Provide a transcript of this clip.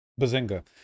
Bazinga